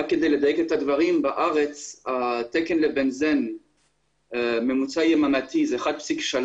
רק כדי לדייק את הדברים אומר שבארץ התקן ל-בנזן ממוצע יממתי הוא 1,3